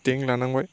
tent लानांबाय